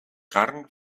carn